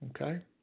Okay